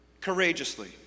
courageously